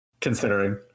Considering